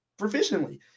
proficiently